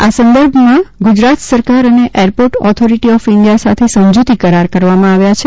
આ સંદર્ભમાં ગુજરાત સરકાર અને એરપોર્ટ ઓથોરિટી ઓફ ઇન્ડિયા સાથે સમજૂતી કરાર કરવામાં આવ્યા છે